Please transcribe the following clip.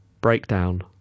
breakdown